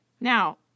Now